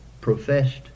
professed